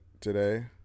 today